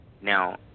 Now